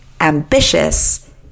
ambitious